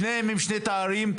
שניהם עם שני תארים.